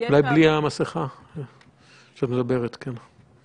בהתאם למספרי הטלפון?